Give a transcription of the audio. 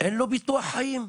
אין לו ביטוח חיים.